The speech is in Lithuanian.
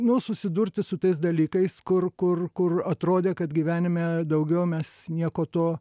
nu susidurti su tais dalykais kur kur kur atrodė kad gyvenime daugiau mes nieko to